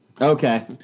Okay